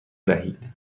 دهید